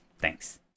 Thanks